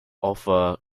offer